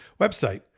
website